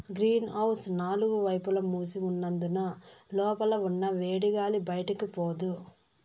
green house నాలుగు వైపులా మూసి ఉన్నందున లోపల ఉన్న వేడిగాలి బయటికి పోదు